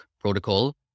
protocol